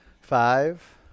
Five